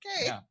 okay